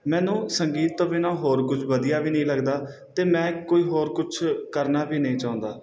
ਮੈਨੂੰ ਸੰਗੀਤ ਤੋਂ ਬਿਨਾਂ ਹੋਰ ਕੁਝ ਵਧੀਆ ਵੀ ਨਹੀਂ ਲੱਗਦਾ ਅਤੇ ਮੈਂ ਕੋਈ ਹੋਰ ਕੁਛ ਕਰਨਾ ਵੀ ਨਹੀਂ ਚਾਹੁੰਦਾ